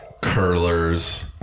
curlers